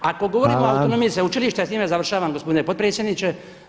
Ako govorimo o autonomiji sveučilišta [[Upadica Reiner: Hvala.]] I time završavam gospodine potpredsjedniče.